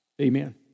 Amen